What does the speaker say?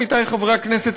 עמיתי חברי הכנסת,